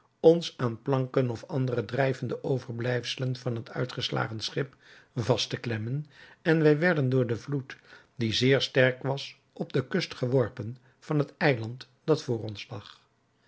ons aan planken of andere drijvende overblijfselen van het uiteengeslagen schip vast te klemmen en wij werden door den vloed die zeer sterk was op de kust geworpen van het eiland dat voor ons lag